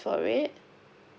for it